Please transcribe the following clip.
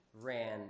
ran